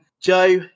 Joe